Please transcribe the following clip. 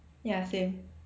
ya same